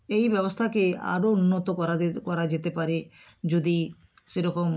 এই ব্যবস্থাকে আরও উন্নত করা করা যেতে পারে যদি সেরকম